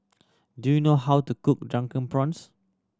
do you know how to cook Drunken Prawns